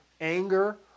anger